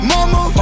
Mama